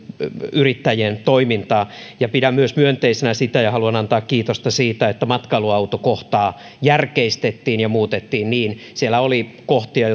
yrittäjien toimintaa pidän myös myönteisenä sitä ja haluan antaa kiitosta siitä että matkailuautokohtaa järkeistettiin ja muutettiin siellä oli kohtia